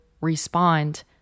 respond